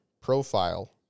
profile